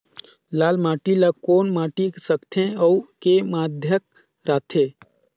लाल माटी ला कौन माटी सकथे अउ के माधेक राथे?